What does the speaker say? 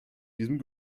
diesem